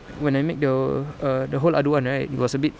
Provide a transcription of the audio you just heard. when I made the err the whole aduan right it was a bit